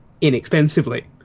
inexpensively